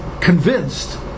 convinced